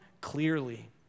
clearly